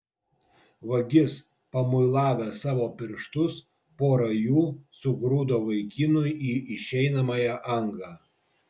vagis pamuilavęs savo pirštus pora jų sugrūdo vaikinui į išeinamąją angą